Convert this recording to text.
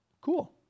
Cool